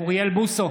אוריאל בוסו,